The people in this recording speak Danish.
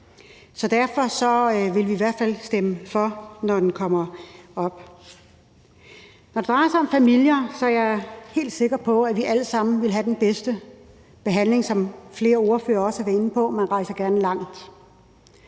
derfor vil vi i hvert fald stemme for, når forslaget kommer til afstemning. Når det drejer sig om familier, er jeg helt sikker på, at vi alle sammen vil have den bedste behandling, som flere ordførere også har været inde på, og man rejser gerne langt